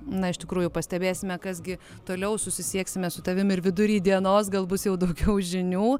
na iš tikrųjų pastebėsime kas gi toliau susisieksime su tavim ir vidury dienos gal bus jau daugiau žinių